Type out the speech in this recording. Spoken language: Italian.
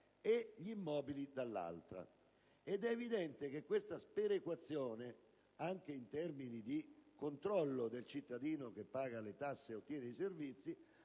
e gli immobili dall'altra. È evidente che tale sperequazione, anche in termini di controllo del cittadino che paga le tasse e ottiene i servizi,